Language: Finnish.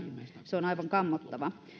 se on aivan kammottava